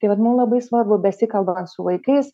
tai vat mum labai svarbu besikalbant su vaikais